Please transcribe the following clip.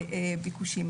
וביקושים,